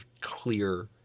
clear